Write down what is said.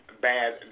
bad